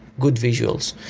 good visuals.